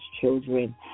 children